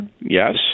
yes